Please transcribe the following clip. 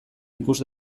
ikus